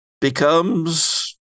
becomes